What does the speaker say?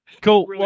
Cool